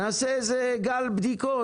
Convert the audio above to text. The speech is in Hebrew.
נעשה איזה גל בדיקות,